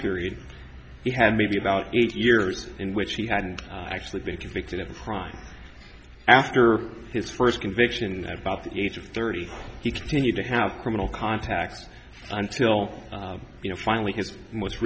period he had maybe about eight years in which he hadn't actually been convicted of a crime after his first conviction about the age of thirty he continued to have criminal contacts until you know finally his most